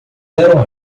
eram